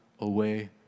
away